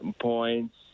points